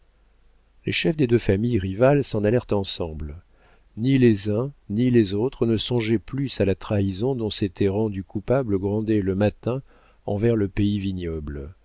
les chefs des deux familles rivales s'en allèrent ensemble ni les uns ni les autres ne songeaient plus à la trahison dont s'était rendu coupable grandet le matin envers le pays vignoble